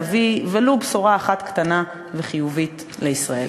תביא ולו בשורה אחת קטנה וחיובית לישראל.